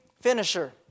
finisher